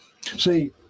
see